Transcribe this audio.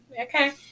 Okay